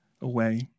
away